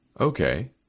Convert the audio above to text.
Okay